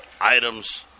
items